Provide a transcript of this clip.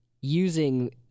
using